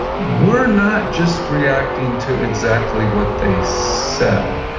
we're not just reacting to exactly what they said,